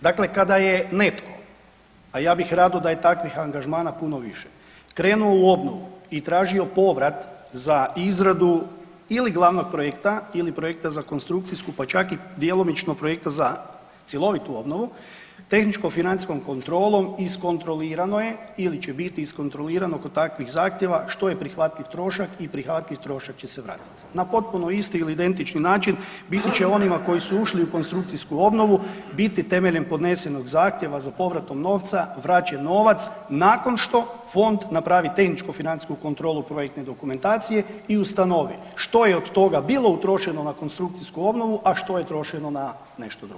Dakle, kada je netko a ja bih rado da je takvih angažmana puno više krenuo u obnovu i tražio povrat za izradu ili glavnog projekta ili projekta za konstrukcijsku, pa čak i djelomičnog projekta za cjelovitu obnovu tehničko-financijskom kontrolom iskontrolirano je ili će biti iskontrolirano kod takvih zahtjeva što je prihvatljiv trošak i prihvatljiv trošak će se vratiti na potpuno isti ili identični način biti će onima koji su ušli u konstrukcijsku obnovu biti temeljem podnesenog zahtjeva za povratom novca vraćen novac nakon što fond napravi tehničko-financijsku kontrolu projektne dokumentacije i ustanovi što je od toga bilo utrošeno na konstrukcijsku obnovu, a što je trošeno na nešto drugo.